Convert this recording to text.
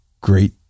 great